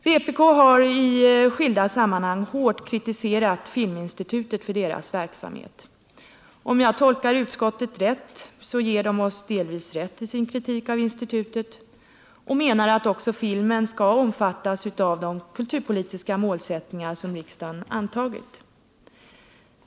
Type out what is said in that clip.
Ypk har i skilda sammanhang hårt kritiserat filminstitutet för dess verksamhet. Om jag tolkar utskottet riktigt, ger det oss delvis rätt i kritiken av institutet och menar att också filmen skall omfattas av de kulturpolitiska målsättningar som riksdagen antagit.